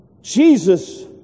Jesus